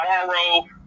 tomorrow